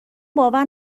باور